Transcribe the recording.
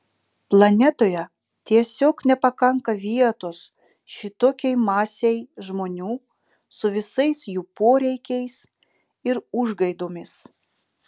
planetoje tiesiog nepakanka vietos šitokiai masei žmonių su visais jų poreikiais ir užgaidomis